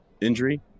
injury